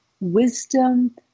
wisdom